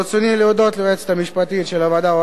ברצוני להודות ליועצת המשפטית של הוועדה,